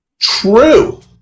True